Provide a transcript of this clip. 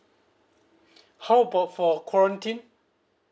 how about for quarantine